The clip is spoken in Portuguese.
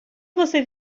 você